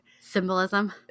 Symbolism